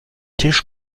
tisch